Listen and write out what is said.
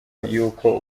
y’uko